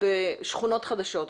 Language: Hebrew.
בשכונות חדשות,